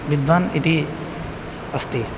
विद्वान् इति अस्ति